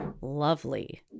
lovely